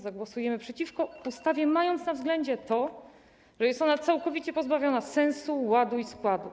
Zagłosujemy przeciwko ustawie, mając na względzie to, że jest ona całkowicie pozbawiona sensu, ładu i składu.